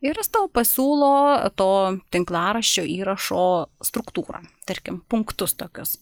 ir jis tau pasiūlo to tinklaraščio įrašo struktūrą tarkim punktus tokius